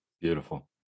Beautiful